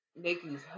Nikki's